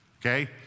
Okay